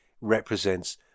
represents